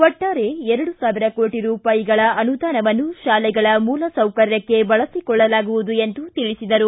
ಒಟ್ಟಾರೆ ಎರಡು ಸಾವಿರ ಕೋಟ ರೂಪಾಯಿಗಳ ಅನುದಾನವನ್ನು ಶಾಲೆಗಳ ಮೂಲಸೌಕರ್ಯಕ್ಕೆ ಬಳಸಿಕೊಳ್ಳಲಾಗುವುದು ಎಂದು ತಿಳಿಸಿದರು